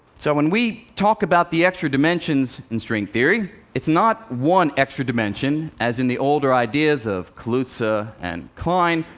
so when we talk about the extra dimensions in string theory, it's not one extra dimension, as in the older ideas of kaluza and klein.